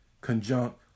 conjunct